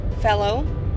fellow